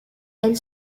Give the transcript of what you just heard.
elle